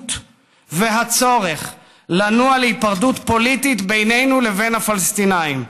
הדחיפות ואת הצורך לנוע להיפרדות פוליטית בינינו לבין הפלסטינים,